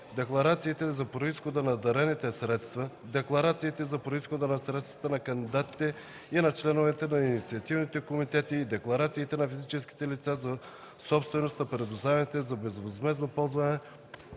декларациите за произхода на дарените средства, декларациите за произхода на средствата на кандидатите и на членовете на инициативните комитети и декларациите на физическите лица за собственост на предоставените за безвъзмездно ползване